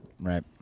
right